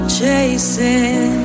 chasing